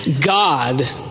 God